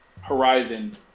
Horizon